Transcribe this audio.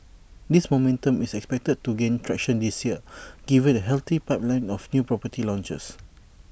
this momentum is expected to gain traction this year given A healthy pipeline of new property launches